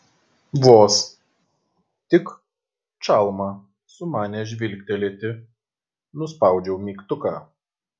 vos tik čalma sumanė žvilgtelėti nuspaudžiau mygtuką